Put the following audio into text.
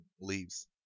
leaves